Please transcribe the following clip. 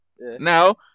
Now